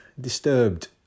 disturbed